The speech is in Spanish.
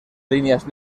líneas